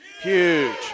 huge